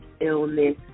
illness